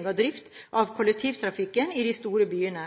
drift av kollektivtrafikken i de store byene.